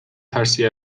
ترسی